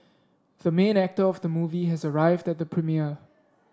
the main actor of the movie has arrived at the premiere